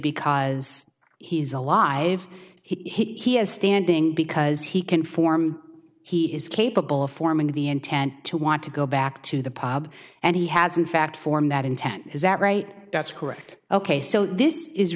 because he is alive he is standing because he can form he is capable of forming the intent to want to go back to the pub and he has in fact form that intent is that right that's correct ok so this is